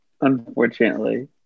Unfortunately